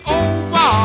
over